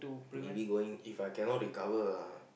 maybe going If I cannot recover ah